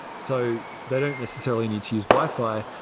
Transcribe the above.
so they don't necessarily need to use wi-fi.